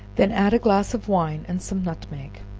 when add a glass of wine and some nutmeg.